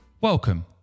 Welcome